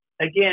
Again